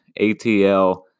ATL